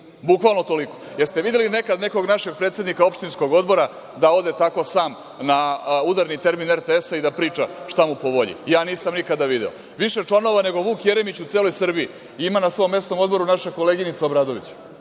Bukvalno toliko. Da li ste videli nekad nekog našeg predsednika opštinskog odbora da ode tako sam na udarni termin RTS i da priča šta mu je po volji? Ja nisam nikada video. Više članova nego Vuk Jeremić u celoj Srbiji ima u svom mesnom odboru naša koleginica Obradović,